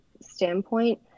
standpoint